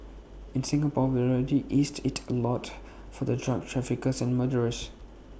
in Singapore we've already eased IT A lot for the drug traffickers and murderers